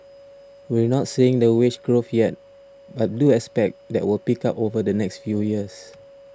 we're not seeing the wage growth yet but do expect that will pick up over the next few years